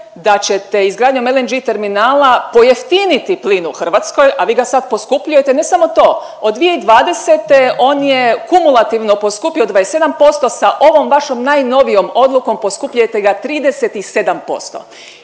da ćete izgradnjom LNG terminala pojeftiniti plin u Hrvatskoj, a vi ga sad poskupljujete. Ne samo to od 2020. on je kumulativno poskupio 27%, sa ovom vašom najnovijom odlukom poskupljujete ga 37%.